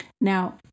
Now